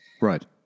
Right